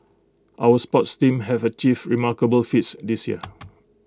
our sports teams have achieved remarkable feats this year